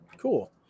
Cool